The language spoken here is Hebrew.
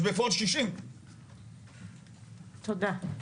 יש בפועל 60. תודה.